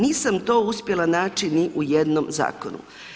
Nisam to uspjela naći ni u jednom zakonu.